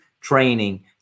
training